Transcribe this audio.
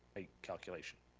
height calculation.